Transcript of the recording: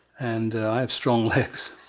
and i have strong legs,